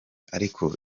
ariko